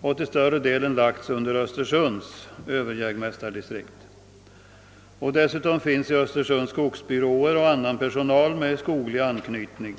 och till större delen lagts under Östersunds överjägmästardistrikt. Dessutom finns i Östersund skogsbyråer och andra institutioner med personal som har skoglig anknytning.